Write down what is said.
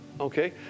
Okay